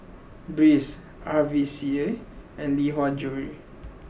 Breeze R V C A and Lee Hwa Jewellery